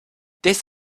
this